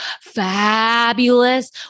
fabulous